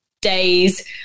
days